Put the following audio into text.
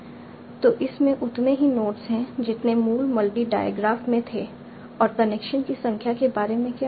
तो इसमें उतने ही नोड्स हैं जितने मूल मल्टी डायग्राफ में थे और कनेक्शन की संख्या के बारे में क्या